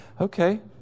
Okay